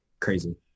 Crazy